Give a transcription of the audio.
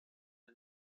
ein